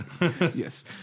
Yes